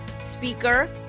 speaker